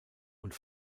und